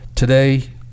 Today